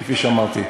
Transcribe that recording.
כפי שאמרתי.